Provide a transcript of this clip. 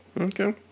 Okay